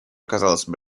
оказалась